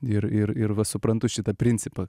ir ir ir va suprantu šitą principą